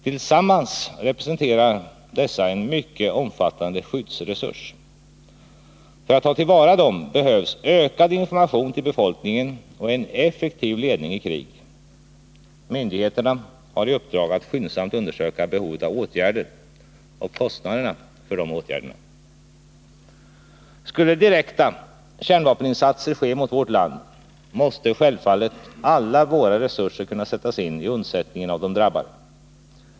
Tillsammans representerar dessa en mycket omfattande skyddsresurs. För att ta till vara dem 69 behövs ökad information till befolkningen och en effektiv ledning i krig. Myndigheten har i uppdrag att skyndsamt undersöka behovet av åtgärder och kostnaderna för dessa. Skulle direkta kärnvapeninsatser ske mot vårt land, måste självfallet alla våra resurser kunna sättas in i undsättningen av de drabbade.